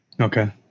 Okay